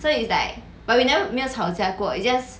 so it's like but we never 没有吵架过 its just